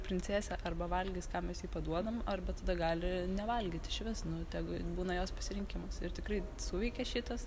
princesė arba valgys ką mes jai paduodam arba tada gali nevalgyt išvis nu tegu būna jos pasirinkimas ir tikrai suveikė šitas